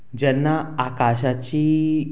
जेन्ना आकाशाची